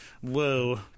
whoa